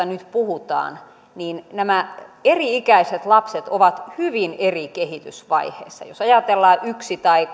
nyt puhutaan nämä eri ikäiset lapset ovat hyvin eri kehitysvaiheissa jos ajatellaan yksi tai